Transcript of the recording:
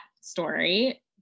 story